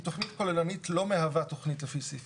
כי תכנית כוללנית לא מהווה תכנית לפי סעיף